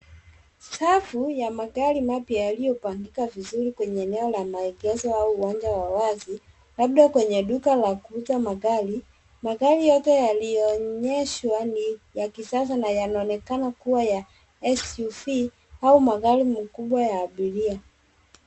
Safu ya magari mapya yaliyopangika vizuri kwenye eneo la maegezo au uwanja wa wazi, labda kwenye duka la kuuza magari. Magari yote yaliyoonyeshwa ni ya kisasa na yanaonekana kuwa ya SUV au magari makubwa ya abiria.